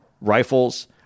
rifles –